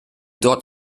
dort